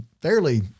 fairly